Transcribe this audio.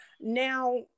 Now